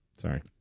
Sorry